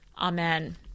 Amen